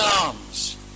arms